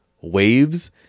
Waves